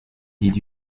did